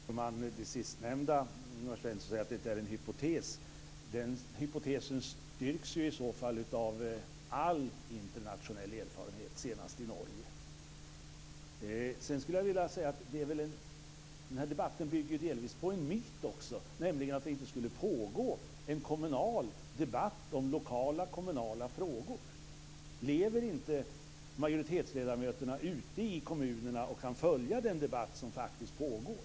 Fru talman! Jag vill kommentera det sistnämnda. Ingvar Svensson säger att detta är en hypotes. Den hypotesen styrks ju i så fall av all internationell erfarenhet, senast i Norge. Sedan skulle jag vilja säga att den här debatten delvis bygger på en myt också, nämligen att det inte skulle pågå någon kommunal debatt om lokala kommunala frågor. Lever inte majoritetsledamöterna ute i kommuner och kan följa den debatt som faktiskt pågår?